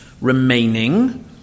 remaining